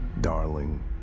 Darling